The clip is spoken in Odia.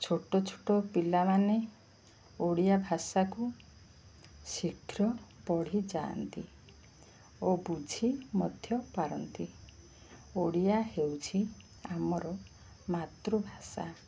ଛୋଟ ଛୋଟ ପିଲାମାନେ ଓଡ଼ିଆ ଭାଷାକୁ ଶୀଘ୍ର ପଢ଼ିଯାଆନ୍ତି ଓ ବୁଝି ମଧ୍ୟ ପାରନ୍ତି ଓଡ଼ିଆ ହେଉଛି ଆମର ମାତୃଭାଷା